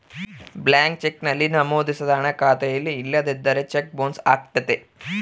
blank cheque ನಲ್ಲಿ ನಮೋದಿಸಿದ ಹಣ ಖಾತೆಯಲ್ಲಿ ಇಲ್ಲದಿದ್ದರೆ ಚೆಕ್ ಬೊನ್ಸ್ ಅಗತ್ಯತೆ